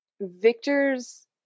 Victor's